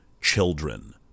children